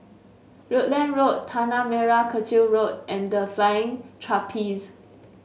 Rutland Road Tanah Merah Kechil Road and The Flying Trapeze